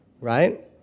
right